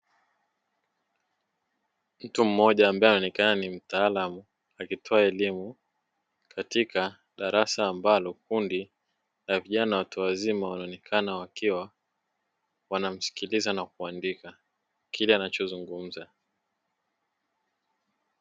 Mtu mmoja ambaye anaonekana ni mtaalamu akitoa elimu katika darasa, ambalo kundi la vijana watu wazima wanaonekana wakiwa wanamsikiliza na kuandika kile anachozungumza.